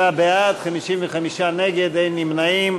47 בעד, 55 נגד, אין נמנעים.